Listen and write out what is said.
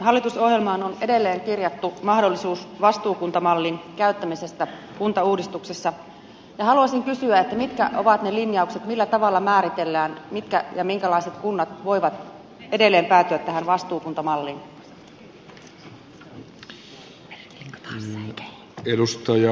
hallitusohjelmaan on edelleen kirjattu mahdollisuus vastuukuntamallin käyttämisestä kuntauudistuksessa ja haluaisin kysyä mitkä ovat ne linjaukset millä tavalla määritellään mitkä ja minkälaiset kunnat voivat edelleen päätyä tähän vastuukuntamalliin